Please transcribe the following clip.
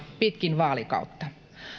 pitkin vaalikautta